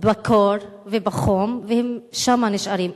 בקור ובחום, ושם הם נשארים.